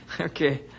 Okay